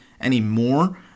anymore